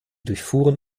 durchfuhren